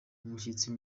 umushyitsi